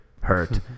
hurt